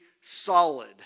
solid